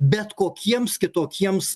bet kokiems kitokiems